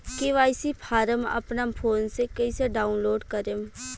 KYC form अपना phone मे कइसे डाऊनलोड करेम?